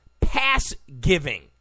pass-giving